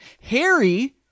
Harry